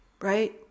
right